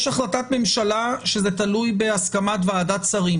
יש החלטת ממשלה שזה תלוי בהסכמת ועדת שרים.